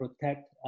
protect